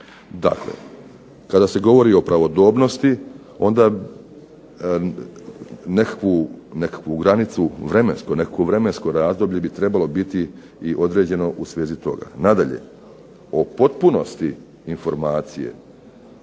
Dakle, kada se govori o pravodobnosti onda nekakvu granicu vremensku nekakvo vremensko razdoblje bi trebalo biti i određeno u svezi toga. Nadalje, o potpunosti informacije,